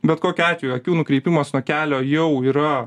bet kokiu atveju akių nukreipimas nuo kelio jau yra